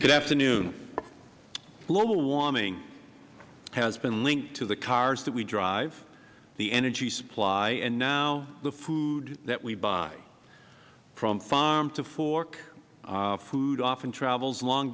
good afternoon global warming has been linked to the cars that we drive the energy supply and now the food that we buy from farm to fork our food often travels long